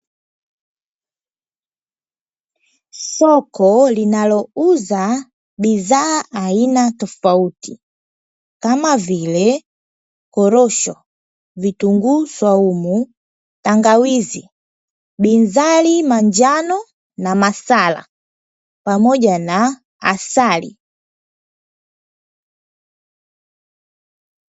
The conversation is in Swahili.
Soko linalouza bidha aina tofauti, kama vile: korosho, vitunguu swaumu, tangawizi, binzali, manjano na masala pamoja na asali.